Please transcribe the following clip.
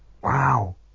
Wow